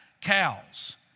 cows